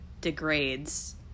degrades